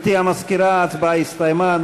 גברתי המזכירה, ההצבעה הסתיימה.